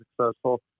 successful